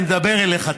אני מדבר אליך,